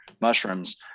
mushrooms